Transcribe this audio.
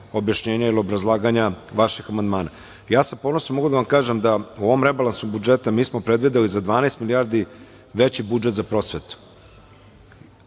objašnjenja i obrazlaganja vaših amandmana. Ja sa ponosom mogu da vam kažem da u ovom rebalansu budžeta mi smo predvideli za 12 milijardi veći budžet za prosvetu,